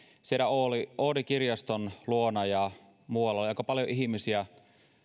siellä oodi kirjaston luona ja muualla oli aika paljon ihmisiä